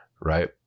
Right